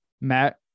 Matt